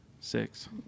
six